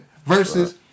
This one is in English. Versus